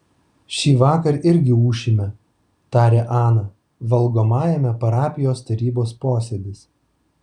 šįvakar irgi ūšime tarė ana valgomajame parapijos tarybos posėdis